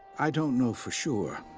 i don't know for sure.